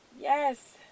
Yes